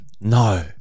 No